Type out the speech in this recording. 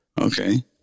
Okay